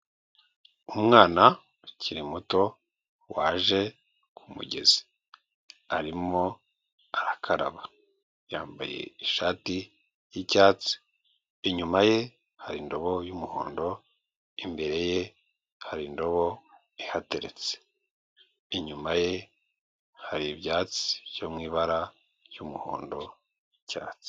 Umwana ukiri muto waje ku mugezi arimo arakaraba, yambaye ishati y'icyatsi, inyuma ye hari indobo y'umuhondo, imbere ye hari indobo ihateretse, inyuma ye hari ibyatsi byo mu ibara ry'umuhondo n'icyatsi.